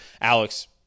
Alex